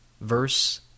verse